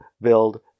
build